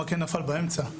המקל נפל באמצע.